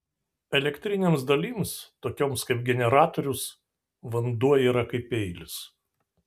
elektrinėms dalims tokioms kaip generatorius vanduo yra kaip peilis